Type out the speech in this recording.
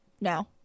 No